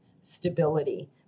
stability